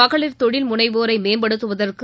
மகளிர் தொழில்முனைவோரை மேம்படுத்துவதற்கு